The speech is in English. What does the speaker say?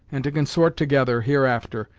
and to consort together, hereafter,